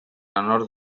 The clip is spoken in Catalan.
honor